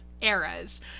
eras